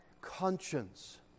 conscience